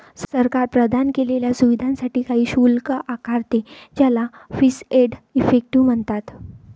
सरकार प्रदान केलेल्या सुविधांसाठी काही शुल्क आकारते, ज्याला फीस एंड इफेक्टिव म्हणतात